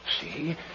See